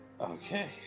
Okay